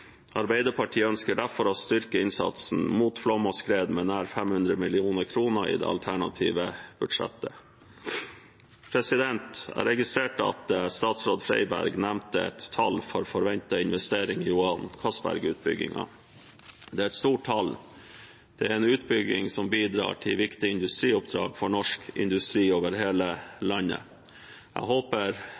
Arbeiderpartiet ønsker derfor å styrke innsatsen mot flom og skred med nær 500 mill. kr i det alternative budsjettet. Jeg registrerte at statsråd Freiberg nevnte et tall for forventet investering i Johan Castberg-utbyggingen. Det er et stort beløp. Dette er en utbygging som bidrar til viktige industrioppdrag for norsk industri over hele landet. Jeg håper